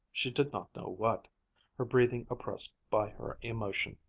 she did not know what her breathing oppressed by her emotion.